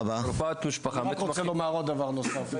רק רוצה לומר עוד דבר נוסף.